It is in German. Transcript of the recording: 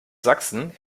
sachsen